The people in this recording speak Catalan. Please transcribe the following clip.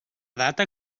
data